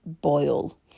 boil